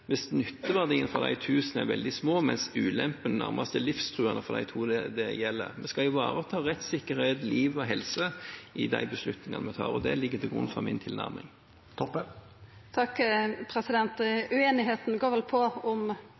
hvis nytteverdien for de 1 000 er veldig små, mens ulempene nærmest er livstruende for de to det gjelder. Vi skal ivareta rettssikkerhet, liv og helse i de beslutningene vi tar, og det ligger til grunn for min tilnærming. Ueinigheita går vel på om